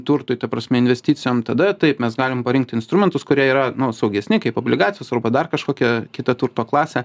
turtui ta prasme investicijom tada taip mes galim parinkti instrumentus kurie yra saugesni kaip obligacijos arba dar kažkokia kita turto klasė